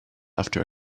after